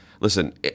listen